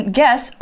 guess